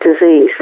disease